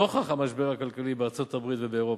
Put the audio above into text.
נוכח המשבר הכלכלי בארצות-הברית ובאירופה,